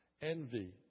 Envy